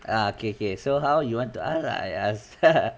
ah okay okay so how you want to ask or I ask